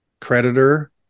creditor